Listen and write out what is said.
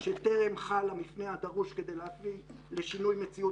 שטרם חל המפנה הדרוש כדי להביא לשינוי מציאות